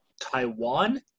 Taiwan